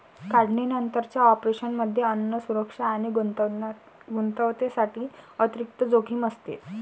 काढणीनंतरच्या ऑपरेशनमध्ये अन्न सुरक्षा आणि गुणवत्तेसाठी अतिरिक्त जोखीम असते